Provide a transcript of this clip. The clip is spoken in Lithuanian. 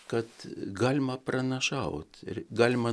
kad galima pranašaut ir galima